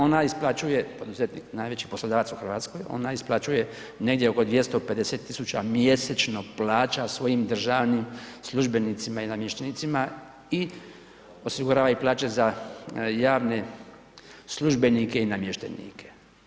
Ona isplaćuje, poduzetnik, najveći poslodavac u Hrvatskoj, ona isplaćuje negdje oko 250 tisuća mjesečno plaća svojim državnim službenicima i namještenicima i osigurava i plaće za javne službenike i namještenike.